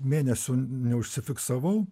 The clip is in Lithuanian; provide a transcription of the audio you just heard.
mėnesių neužsifiksavau